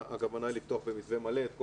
הכוונה היא לפתוח את שנת הלימודים במתווה מלא.